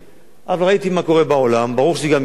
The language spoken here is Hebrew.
אבל ראיתי מה קורה בעולם, ברור שזה גם יקרה פה.